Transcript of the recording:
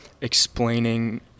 explaining –